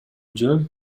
жол